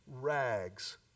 rags